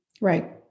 Right